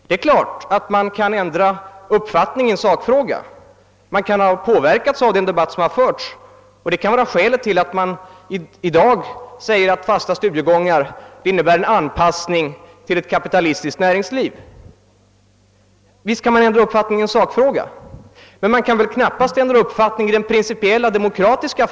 Det är klart att man kan ändra uppfattning i en sakfråga; man kan ha påverkats av den debatt som förts — det kan vara skälet till att man i dag anser att fasta studiegångar innebär en anpassning till ett kapitilistiskt näringsliv. Visst kan man ändra uppfattning i en sakfråga, men man kan väl knappast ändra uppfattning i den principiella demokratifrågan.